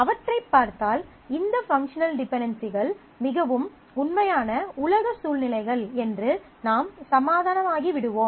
அவற்றைப் பார்த்தால் இந்த பங்க்ஷனல் டிபென்டென்சிகள் மிகவும் உண்மையான உலக சூழ்நிலைகள் என்று நாம் சமாதானமாகி விடுவோம்